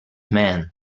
man